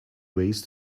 ways